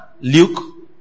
Luke